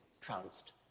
trounced